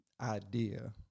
idea